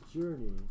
journey